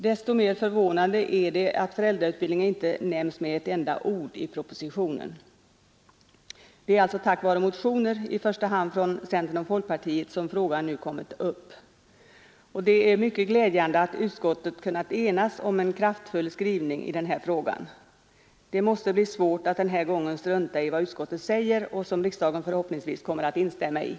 Desto mer förvånande är det att föräldrautbildning inte nämns med ett enda ord i propositionen. Det är alltså tack vare motioner, i första hand från centern och folkpartiet, som frågan nu har kommit upp. Det är mycket glädjande att utskottet har kunnat enas om en kraftfull skrivning i den frågan, och det måste bli svårt att den här gången strunta i det som utskottet säger och som riksdagen förhoppningsvis kommer att instämma i.